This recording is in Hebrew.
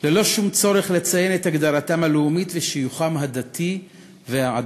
ללא שום צורך לציין את הגדרתם הלאומית ואת שיוכם הדתי והעדתי.